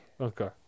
okay